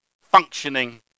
functioning